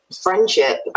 Friendship